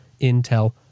Intel